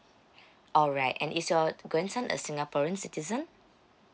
alright and is your grandson a singaporean citizen